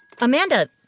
Amanda